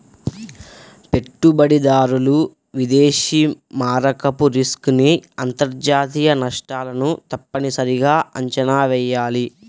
పెట్టుబడిదారులు విదేశీ మారకపు రిస్క్ ని అంతర్జాతీయ నష్టాలను తప్పనిసరిగా అంచనా వెయ్యాలి